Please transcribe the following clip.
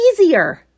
easier